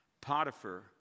Potiphar